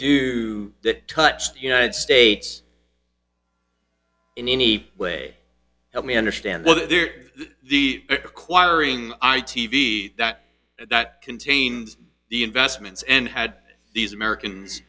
do that touched the united states in any way help me understand what they're acquiring i t v that that contains the investments and had these american